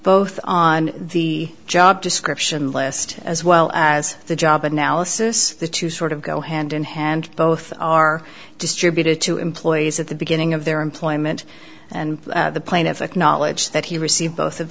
both on the job description list as well as the job analysis the two sort of go hand in hand both are distributed to employees at the beginning of their employment and the plaintiff acknowledged that he received both of